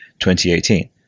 2018